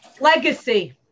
legacy